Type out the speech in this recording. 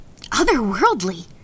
otherworldly